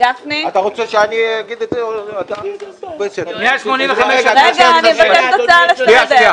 אני מבקש שיעבירו לנו בכתב את התשובות לשאלות שנשאלו